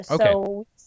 Okay